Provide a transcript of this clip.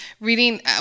reading